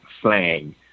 slang